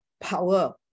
power